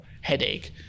headache